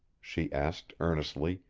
she asked earnestly,